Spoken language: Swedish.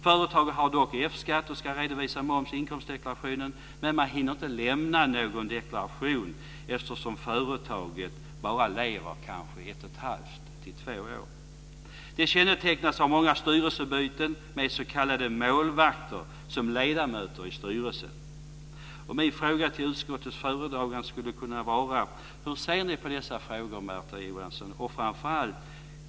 Företaget har dock F skattsedel och ska redovisa moms i inkomstdeklarationen, men man hinner inte lämna någon deklaration eftersom företaget lever bara i ett och ett halvt till två år. Det kännetecknas av många styrelsebyten med s.k. Mina frågor till utskottets föredragande är följande: Hur ser ni på dessa frågor, Märta Johansson?